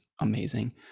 amazing